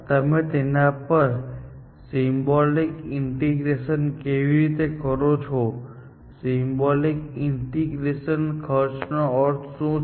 તમે તેના પર સિમ્બોલિક ઈન્ટિગ્રશન કેવી રીતે કરો છો સિમ્બોલિક ઈન્ટિગ્રશન નો અર્થ શું છે